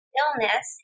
illness